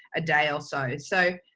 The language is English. a day or so. so,